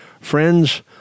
Friends